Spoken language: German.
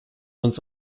uns